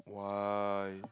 why